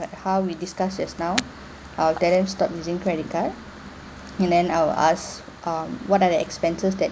but how we discuss just now I'll tell them stop using credit card and then I'll ask um what are the expenses that